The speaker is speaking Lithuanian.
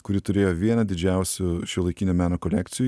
kuri turėjo vieną didžiausių šiuolaikinio meno kolekcijų